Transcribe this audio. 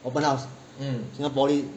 open house singapore poly